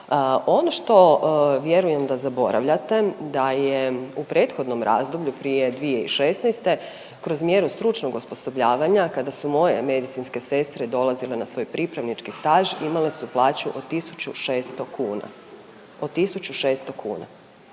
Ono što vjerujem da zaboravljate da je u prethodnom razdoblju prije 2016. kroz mjeru stručnog osposobljavanja kada su moje medicinske sestre dolazile na svoj pripravnički staž imale su plaću od 1600 kuna,